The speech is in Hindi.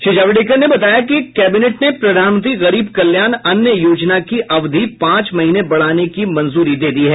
श्री जावडेकर ने बताया कि कैबिनेट ने प्रधानमंत्री गरीब कल्याण अन्न योजना की अवधि पांच महीने बढ़ाने की मंजूरी दे दी है